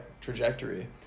trajectory